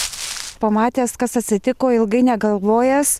pamatęs kas atsitiko ilgai negalvojęs